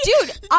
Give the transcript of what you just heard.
dude